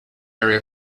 area